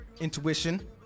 Intuition